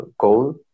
goal